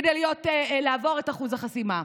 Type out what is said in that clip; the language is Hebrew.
כדי לעבור את אחוז החסימה.